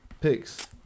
picks